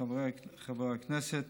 חבריי חברי הכנסת,